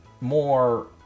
more